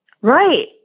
Right